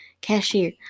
Cashier